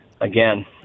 Again